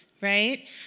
Right